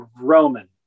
roman